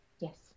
Yes